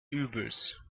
übels